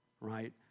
right